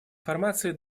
информации